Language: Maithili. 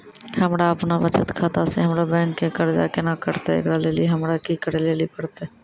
हमरा आपनौ बचत खाता से हमरौ बैंक के कर्जा केना कटतै ऐकरा लेली हमरा कि करै लेली परतै?